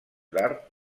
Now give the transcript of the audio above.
d’art